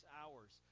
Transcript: hours